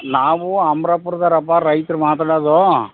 ನಾವು ಅಮ್ರಾಪುರ್ದವರಪ್ಪ ರೈತ್ರು ಮಾತಾಡೋದು